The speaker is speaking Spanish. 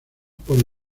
por